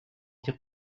dire